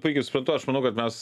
puikiai suprantu aš manau kad mes